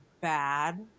bad